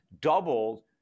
doubled